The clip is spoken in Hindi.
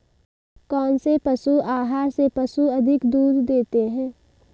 कौनसे पशु आहार से पशु अधिक दूध देते हैं?